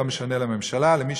לא משנה למי,